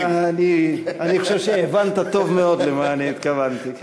אני חושב שהבנת טוב מאוד למה אני התכוונתי.